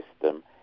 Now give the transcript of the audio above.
system